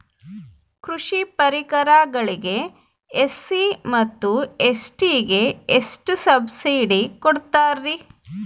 ಕೃಷಿ ಪರಿಕರಗಳಿಗೆ ಎಸ್.ಸಿ ಮತ್ತು ಎಸ್.ಟಿ ಗೆ ಎಷ್ಟು ಸಬ್ಸಿಡಿ ಕೊಡುತ್ತಾರ್ರಿ?